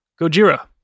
Gojira